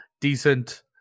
decent